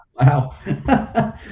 Wow